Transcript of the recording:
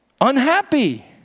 Unhappy